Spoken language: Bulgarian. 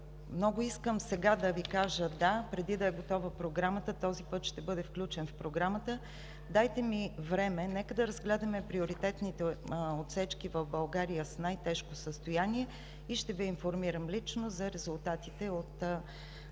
много искам сега да Ви кажа „да“ – преди да е готова програмата – този път ще бъде включен в програмата. Дайте ми време! Нека да разгледаме приоритетните отсечки в България с най тежко състояние и ще Ви информирам лично за резултатите от